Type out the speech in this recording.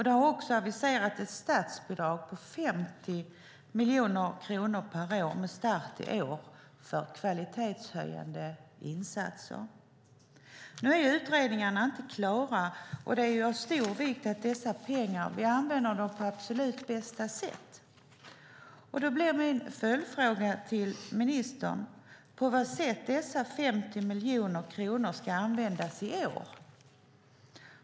Det har aviserats ett statsbidrag på 50 miljoner kronor per år med start i år för kvalitetshöjande insatser. Utredningarna är inte klara, och det är av stor vikt att vi använder dessa pengar på absolut bästa sätt. Min följdfråga till ministern blir: På vilket sätt ska dessa 50 miljoner kronor användas i år?